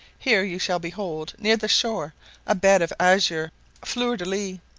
here you shall behold near the shore a bed of azure fleur-de lis,